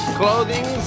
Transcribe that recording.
clothing